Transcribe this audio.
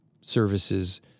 services